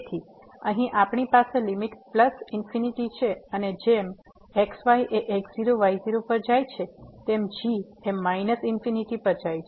તેથી અહીં આપણી પાસે લીમીટ પ્લસ ઇન્ફીનીટી છે અને જેમ x y એ x0 y0 પર જાય છે તેમ g એ માઈનસ ઇન્ફીનીટી પર જાય છે